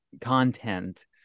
content